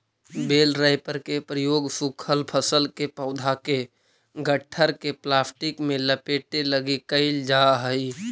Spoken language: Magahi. बेल रैपर के प्रयोग सूखल फसल के पौधा के गट्ठर के प्लास्टिक में लपेटे लगी कईल जा हई